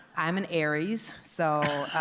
i'm an aries, so